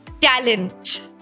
talent